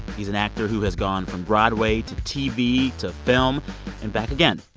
he's an actor who has gone from broadway to tv to film and back again.